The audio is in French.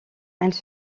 elles